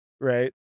right